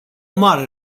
mare